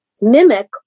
mimic